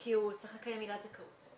כי הוא צריך לקיים עילת זכאות.